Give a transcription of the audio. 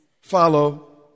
follow